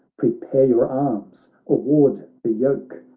prepare your arms! award the yoke.